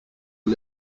his